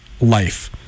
life